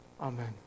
Amen